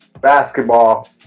basketball